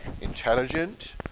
intelligent